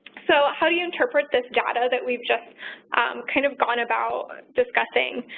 so, how do you interpret this data that we've just kind of gone about discussing?